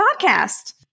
podcast